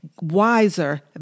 wiser